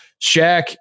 Shaq